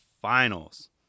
Finals